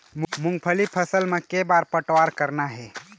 मूंगफली फसल म के बार पलटवार करना हे?